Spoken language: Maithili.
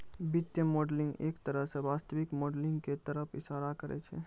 वित्तीय मॉडलिंग एक तरह स वास्तविक मॉडलिंग क तरफ इशारा करै छै